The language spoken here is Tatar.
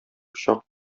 пычак